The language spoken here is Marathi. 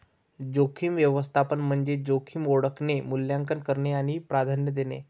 जोखीम व्यवस्थापन म्हणजे जोखीम ओळखणे, मूल्यांकन करणे आणि प्राधान्य देणे